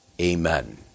Amen